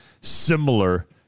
similar